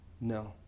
no